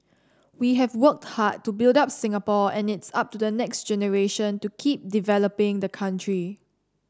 we have worked hard to build up Singapore and it's up to the next generation to keep developing the country